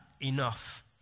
enough